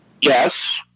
Yes